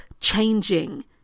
changing